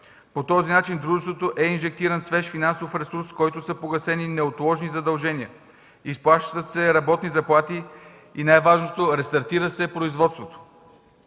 По този начин в дружеството е инжектиран свеж финансов ресурс, с който са погасени неотложни задължения. Изплащат се работни заплати и най-важното – рестартира се производството.